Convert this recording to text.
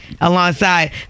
alongside